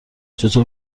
چطور